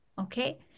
okay